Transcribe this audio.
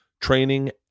training